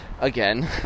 again